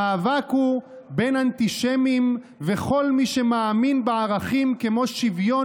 המאבק הוא בין אנטישמיים וכל מי שמאמין בערכים כמו שוויון,